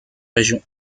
région